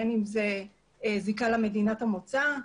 בין אם זה זיקה למדינת המוצא,